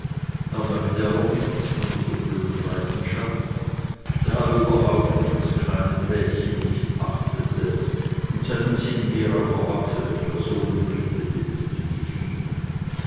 er merkte aber nichts von dieser frühen leidenschaft da er überhaupt auf das kleine bäschen nicht achtete und seinen sinn mehr auf erwachsene personen richtete die ihm gefielen